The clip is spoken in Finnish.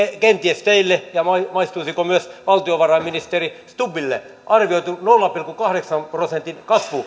kenties teille ja maistuisiko myös valtiovarainministeri stubbille arvioitu nolla pilkku kahdeksan prosentin kasvu